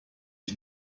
ich